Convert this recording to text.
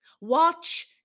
watch